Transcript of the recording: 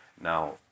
now